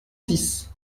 six